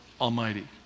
Almighty